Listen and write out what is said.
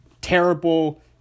terrible